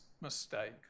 mistake